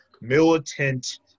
militant